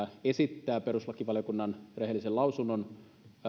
esittää perustuslakivaliokunnan rehellisen lausunnon